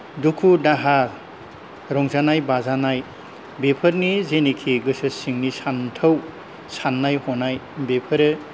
दुखु दाहा रंजानाय बाजानाय बेफोरनि जेनोखि गोसो सिंनि सान्थौ सान्नाय हनाय बेफोरो